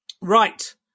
Right